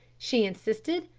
she insisted,